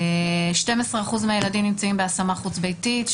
30% מהילדים נמצאים בהשמה חוץ-ביתית,